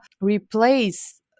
replace